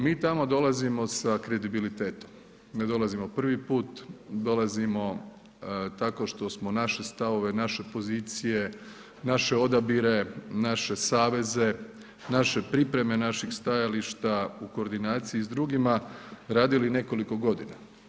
Mi tamo dolazimo sa kredibilitetom, ne dolazimo prvi put, dolazimo tako što smo naše stavove, naše pozicije, naše odabire, naše saveze, naše pripreme naših stajališta u koordinaciji s drugima radili nekoliko godina.